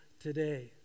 today